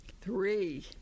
three